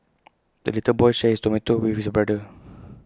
the little boy shared his tomato with his brother